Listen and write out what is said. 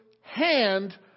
hand